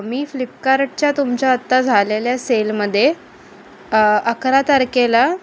मी फ्लिपकार्टच्या तुमच्या आत्ता झालेल्या सेलमध्ये अकरा तारखेला